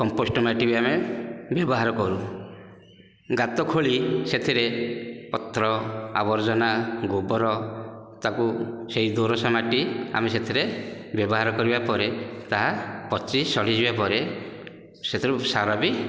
compost ମାଟି ବି ଆମେ ବ୍ୟବହାର କରୁ ଗାତଖୋଳି ସେଥିରେ ପତ୍ର ଆର୍ବଜନା ଗୋବର ତାକୁ ସେଇ ଦୋରସ ମାଟି ଆମେ ସେଥିରେ ବ୍ୟବହାର କରିବାପରେ ତାହା ପଚି ସଢ଼ି ଯିବାପରେ ସେଥିରୁ ସାର ବି